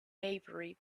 maybury